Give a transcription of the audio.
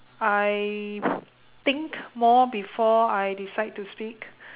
I think more before I decide to speak